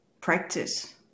practice